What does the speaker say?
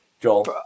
joel